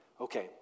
Okay